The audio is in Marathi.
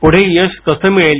पुढे यश कसं मिळेल